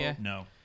No